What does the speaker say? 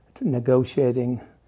negotiating